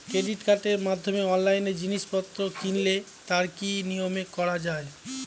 Credit কার্ডের মাধ্যমে অনলাইনে জিনিসপত্র কিনলে তার কি নিয়মে করা যায়?